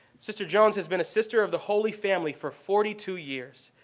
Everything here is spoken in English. sister jones has been a sister of the holy family for forty two years.